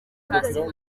kassim